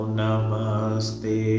namaste